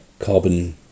carbon